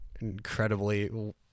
incredibly